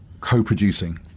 co-producing